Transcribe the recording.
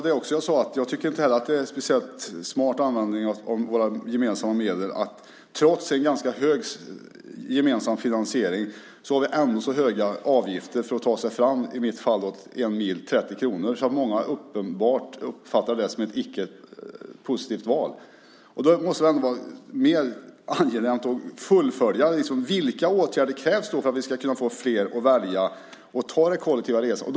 Herr talman! Jag tycker inte heller att det är speciellt smart användning av våra gemensamma medel. Trots en ganska hög andel gemensam finansiering har vi ändå höga avgifter för att ta sig fram. I mitt fall är det 30 kronor för en mil. Många uppfattar inte det som ett positivt val. Det måste vara mer angeläget att fullfölja det. Vilka åtgärder krävs för att vi ska kunna få fler att välja det kollektiva resandet?